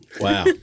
Wow